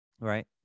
Right